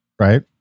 right